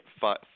five